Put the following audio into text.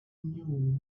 knew